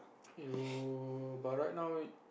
you but right now